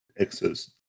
Exos